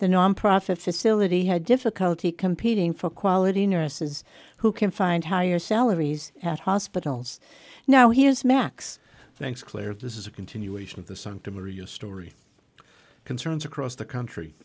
the nonprofit facility had difficulty competing for quality nurses who can find higher salaries at hospitals now he has max thanks claire this is a continuation of the santa maria story concerns across the country